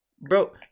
Bro